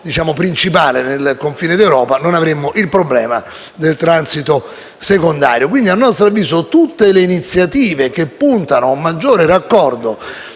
l'ingresso principale al confine d'Europa non avremmo il problema del transito secondario. A nostro avviso quindi tutte le iniziative che puntano a un maggiore raccordo